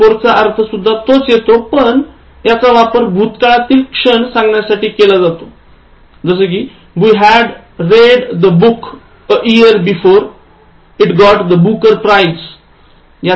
before चा अर्थ सुद्धा तोच येतो पण याचा वापर भूतकाळातील क्षण सांगण्यासाठी केला जातो - We had read the book a year before it got the Booker prize